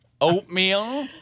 oatmeal